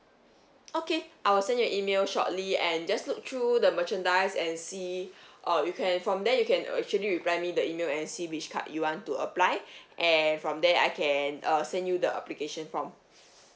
okay I will send you a email shortly and just look through the merchandise and see uh you can from there you can uh actually reply me the email and see which card you want to apply and from there I can uh send you the application form